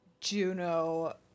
Juno